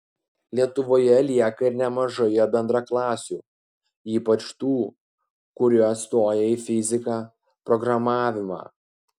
lietuvoje lieka ir nemažai jo bendraklasių ypač tų kurie stoja į fiziką programavimą